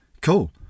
Cool